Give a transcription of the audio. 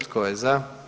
Tko je za?